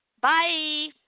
Bye